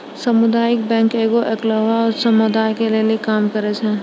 समुदायिक बैंक एगो अकेल्ला समुदाय के लेली काम करै छै